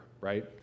right